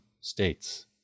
states